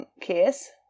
case